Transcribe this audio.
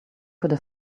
could